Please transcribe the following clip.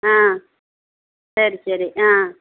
ஆ சரி சரி ஆ